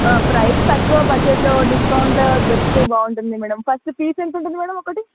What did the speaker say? price తక్కువ బడ్జెట్లో డిస్కౌంట్లో దొరికితే బాగుంటుంది మ్యాడమ్ ఫస్ట్ పీస్ ఎంత ఉంటుంది మ్యాడమ్ ఒకటి